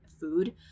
food